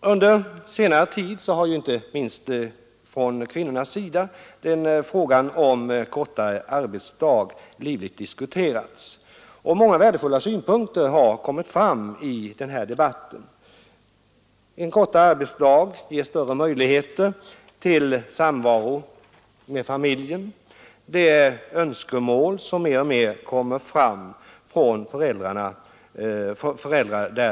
Under senare tid har inte minst från kvinnornas sida frågan om en kortare arbetsdag livligt diskuterats. Många värdefulla synpunkter har kommit fram i den debatten. En kortare arbetsdag ger större möjligheter till samvaro med familjen. Det är önskemål som mer och mer kommer fram från föräldrar